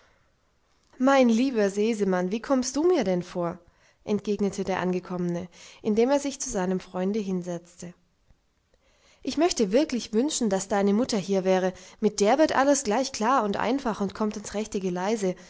mein lieber sesemann wie kommst du mir denn vor entgegnete der angekommene indem er sich zu seinem freunde hinsetzte ich möchte wirklich wünschen daß deine mutter hier wäre mit der wird alles gleich klar und einfach und kommt ins rechte geleise